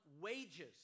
wages